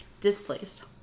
displaced